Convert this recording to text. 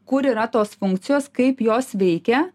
kur yra tos funkcijos kaip jos veikia